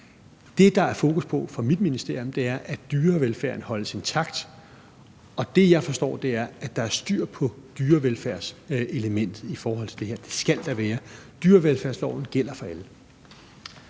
Det, der er fokus på fra mit ministeriums side, er, at dyrevelfærden holdes intakt. Og det, jeg forstår, er, at der er styr på dyrevelfærdselementet i forhold til det her, og det skal der være. Dyrevelfærdsloven gælder for alle.